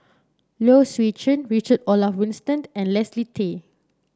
Low Swee Chen Richard Olaf Winstedt and Leslie Tay